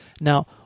Now